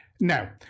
Now